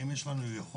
האם יש לנו יכולת,